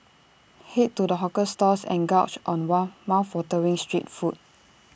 Head to the hawker stalls and gorge on mouthwatering street food